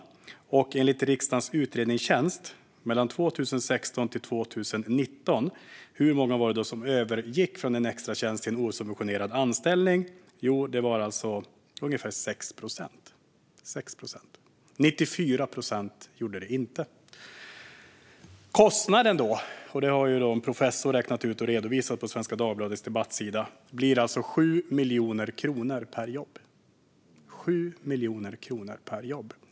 Hur många var det, enligt riksdagens utredningstjänst, som 2016-2019 övergick från en extratjänst till en osubventionerad anställning? Jo, det var ungefär 6 procent. 94 procent gjorde det inte. Kostnaden - den har en professor räknat ut och redovisat på Svenska Dagbladets debattsida - blir 7 miljoner kronor per jobb. Den blir alltså 7 miljoner kronor per jobb.